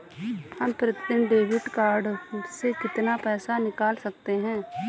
हम प्रतिदिन debit card से कितना पैसा निकाल सकते हैं?